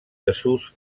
desús